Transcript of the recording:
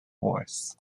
force